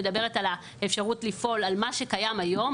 אני מדברת על האפשרות לפעול על מה שקיים היום,